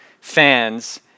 fans